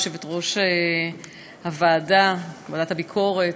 יושבת-ראש ועדת הביקורת,